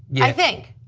yeah i think,